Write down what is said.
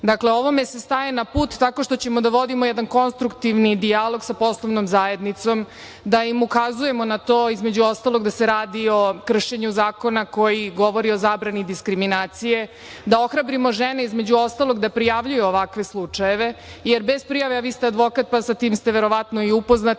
toga. Ovome se staje na put tako što ćemo da vodimo jedan konstruktivni dijalog sa poslovnom zajednicom, da im ukazujemo na to između ostalog da se radi o kršenju zakona koji govori o zabrani diskriminacije, da ohrabrimo žene između ostalog da prijavljuju ovakve slučajeve jer bez prijave, vi ste advokat pa sa time ste verovatno i upoznati,